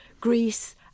Greece